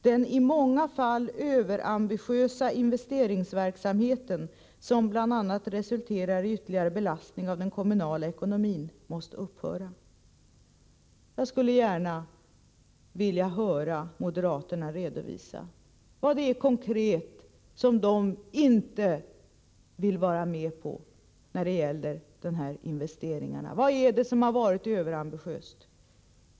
Den i många fall överambitiösa investeringsverksamheten som bl.a. resulterar i ytterligare belastning av den kommunala ekonomin måste upphöra.” Jag skulle gärna vilja höra moderaterna redovisa konkret vad de inte vill vara med på när det gäller de här investeringarna. Vad är det som har varit överambitiöst?